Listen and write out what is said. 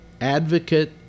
advocate